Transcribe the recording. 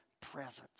presence